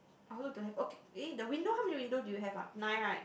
I also don't have okay eh the window how many window do you have ah nine right